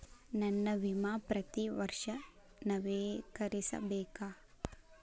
ನನ್ನ ವಿಮಾ ಪ್ರತಿ ವರ್ಷಾ ನವೇಕರಿಸಬೇಕಾ?